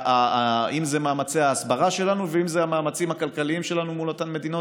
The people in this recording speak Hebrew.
אם זה מאמצי ההסברה שלנו ואם זה המאמצים הכלכליים שלנו מול אותן מדינות.